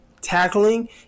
tackling